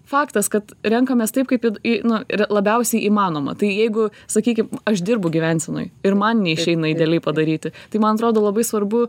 faktas kad renkamės taip kaip į d į nu yra labiausiai įmanoma tai jeigu sakykim aš dirbu gyvensenoj ir man neišeina idealiai padaryti tai man atrodo labai svarbu